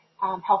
health